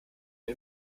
mir